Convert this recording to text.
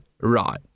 Right